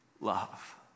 love